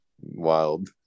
Wild